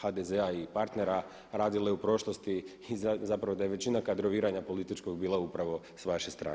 HDZ-a i partnera radile u prošlosti i zapravo da je većina kadroviranja političkog bila upravo s vaše strane.